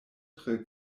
tre